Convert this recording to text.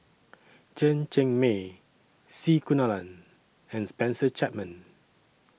Chen Cheng Mei C Kunalan and Spencer Chapman